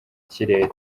kirere